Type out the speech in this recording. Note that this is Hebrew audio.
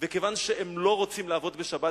וכיוון שהם לא רוצים לעבוד בשבת,